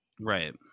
right